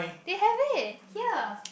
they have it here